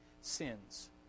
sins